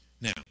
Now